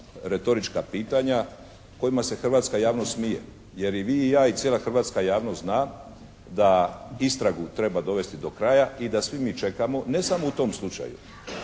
retorička pitanja kojima se hrvatska javnost smije. Jer i vi i ja i cijela hrvatska javnost zna da istragu treba dovesti do kraja i da svi mi čekamo ne samo u tom slučaju,